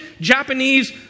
Japanese